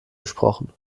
gesprochen